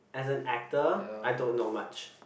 as an actor I don't know much